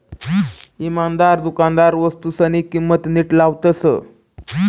इमानदार दुकानदार वस्तूसनी किंमत नीट लावतस